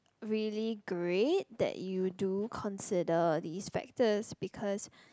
really great that you do consider these factors because